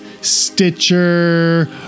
Stitcher